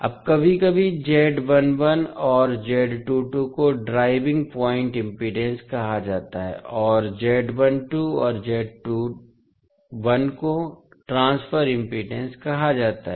अब कभी कभी और को ड्राइविंग पॉइंट इम्पीडेन्स कहा जाता है और और को ट्रांसफर इम्पीडेन्स कहा जाता है